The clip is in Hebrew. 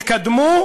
התקדמו,